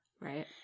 Right